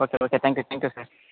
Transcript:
okay okay thank you thank you sir